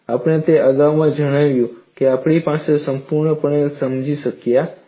આપણે તે અગાઉ જણાવ્યું છે પરંતુ આપણે તેને સંપૂર્ણપણે સમજી શક્યા નથી